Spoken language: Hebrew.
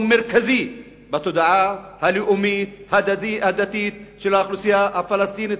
מרכזי בתודעה הלאומית הדתית של האוכלוסייה הפלסטינית,